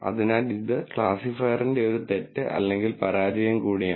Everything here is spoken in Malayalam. അതിനാൽ ഇത് ക്ലാസിഫയറിന്റെ ഒരു തെറ്റ് അല്ലെങ്കിൽ പരാജയം കൂടിയാണ്